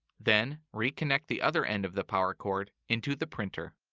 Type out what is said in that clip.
then, reconnect the other end of the power cord into the printer.